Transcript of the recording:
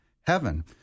heaven